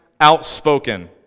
outspoken